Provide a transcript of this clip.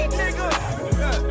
nigga